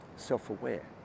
self-aware